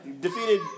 defeated